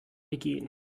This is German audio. begehen